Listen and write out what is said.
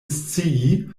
scii